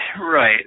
right